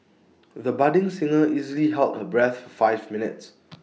the budding singer easily held her breath for five minutes